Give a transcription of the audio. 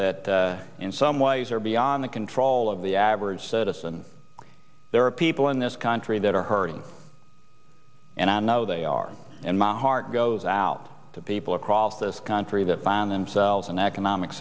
that in some ways are beyond the control of the average citizen there are people in this country that are hurting and i know they are in my heart goes out to people across this country that find themselves in economic